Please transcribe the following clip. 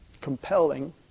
compelling